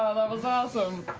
that was awesome.